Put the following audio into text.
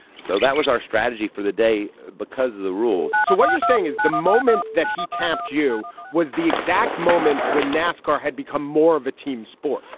so that was our strategy for the day because of the rules. so what you're saying is the moment that he tapped you was the exact moment when nascar had become more of a team sport.